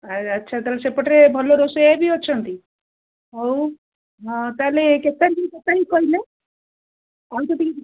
ଆ ଆଚ୍ଛା ତାହେଲେ ସେପଟେ ଭଲ ରୋଷେଇଆ ବି ଅଛନ୍ତି ହଉ ହଁ ତା'ହେଲେ କେତେ କହିଲେ କୁହନ୍ତୁ ଟିକେ